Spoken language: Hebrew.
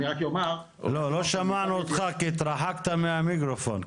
לא שמענו אותך, כי התרחקת מהמיקרופון.